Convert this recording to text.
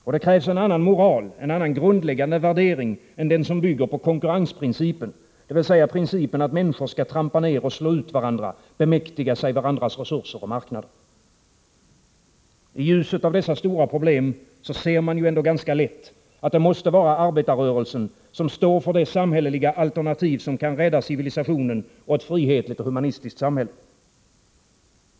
Och det krävs en annan moral, en annan grundläggande värdering än den som bygger på konkurrensprincipen, dvs. principen att människor skall trampa ner och slå ut varandra och bemäktiga sig varandras resurser och marknader. I ljuset av dessa stora problem ser man ändå ganska lätt, att det måste vara arbetarrörelsen som står för det samhälleliga alternativ som kan rädda civilisationen och ett frihetligt, humant samhälle.